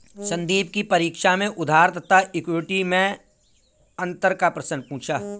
संदीप की परीक्षा में उधार तथा इक्विटी मैं अंतर का प्रश्न पूछा